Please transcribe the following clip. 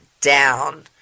down